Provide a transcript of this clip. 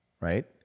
right